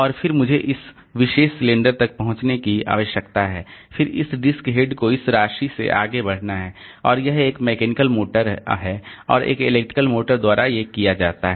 और फिर मुझे इस विशेष सिलेंडर तक पहुंचने की आवश्यकता है फिर इस डिस्क हेड को इस राशि से आगे बढ़ना है और यह एक मैकेनिकल मोटर और एक इलेक्ट्रिकल मोटर द्वारा किया जाता है